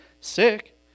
sick